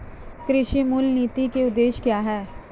कृषि मूल्य नीति के उद्देश्य क्या है?